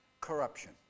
Corruption